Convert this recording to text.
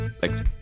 Thanks